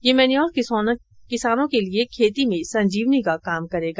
यह मैन्योर किसानों के लिये खेती में संजीवनी का काम करेगा